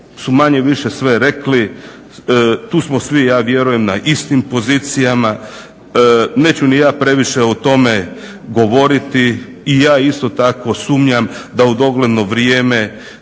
su manje-više sve rekli. Tu smo svi ja vjerujem na istim pozicijama. Neću ni ja previše o tome govoriti. I ja isto tako sumnjam da u dogledno vrijeme